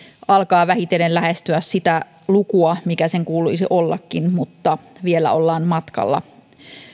alkaa vähitellen lähestyä sitä lukua mikä sen kuuluisi ollakin mutta vielä ollaan matkalla